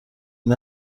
این